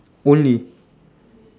only